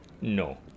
No